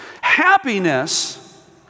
Happiness